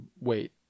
Wait